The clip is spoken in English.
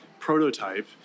prototype